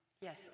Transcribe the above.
Yes